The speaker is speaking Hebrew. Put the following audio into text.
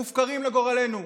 מופקרים לגורלנו.